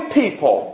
people